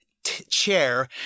Chair